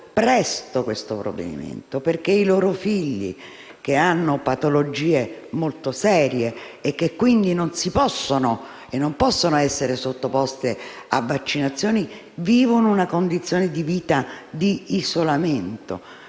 presto il provvedimento perché i loro figli, che hanno patologie molto serie e non possono essere sottoposti a vaccinazioni, vivono una condizione di vita di isolamento.